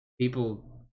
people